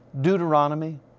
Deuteronomy